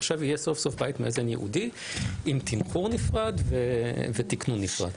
עכשיו יהיה סוף-סוף בית מאזן ייעודי עם תמחור נפרד ותקנון נפרד.